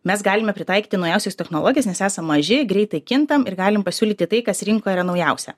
mes galime pritaikyti naujausias technologijas nes esam maži greitai kintam ir galim pasiūlyti tai kas rinkoj yra naujausia